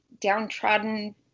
downtrodden